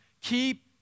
Keep